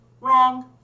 wrong